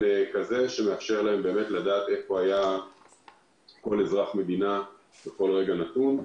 היענות שמאפשרת להם לדעת איפה היה כל אזרח של המדינה בכל רגע נתון.